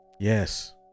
Yes